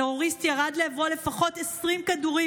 טרוריסט ירה לעברו לפחות 20 כדורים,